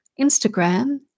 Instagram